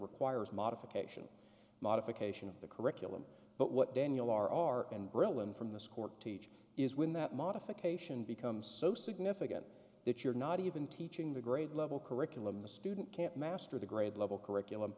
requires modification modification of the curriculum but what daniel r r and brylin from the score teach is when that modification becomes so significant that you're not even teaching the grade level curriculum the student can't master the grade level curriculum